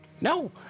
No